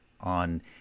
on